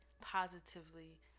positively